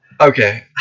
Okay